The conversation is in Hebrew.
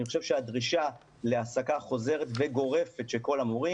אני חושב שהדרישה להעסקה חוזרת וגורפת של כל המורים,